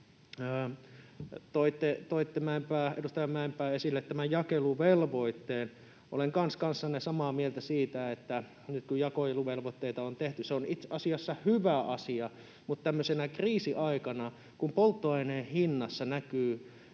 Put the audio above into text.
Toitte, edustaja Mäenpää, esille tämän jakeluvelvoitteen. Olen kanssa kanssanne samaa mieltä siitä, että nyt kun jakeluvelvoitteita on tehty, se on itse asiassa hyvä asia, mutta tämmöisenä kriisiaikana, kun polttoaineen hinnassa näkyy